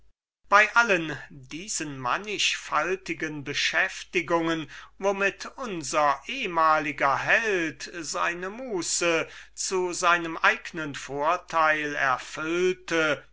bei allen diesen manchfaltigen beschäftigungen womit unser ehmaliger held seine muße zu seinem eigenen vorteil